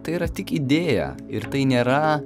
tai yra tik idėja ir tai nėra